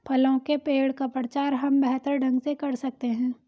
फलों के पेड़ का प्रचार हम बेहतर ढंग से कर सकते हैं